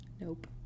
nope